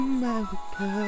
America